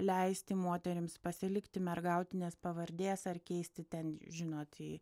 leisti moterims pasilikti mergautinės pavardės ar keisti ten žinot į